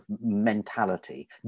mentality